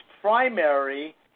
primary